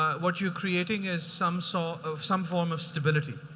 what you're creating is some sort of some form of stability.